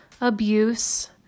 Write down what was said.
abuse